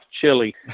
Chili